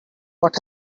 what